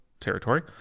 Territory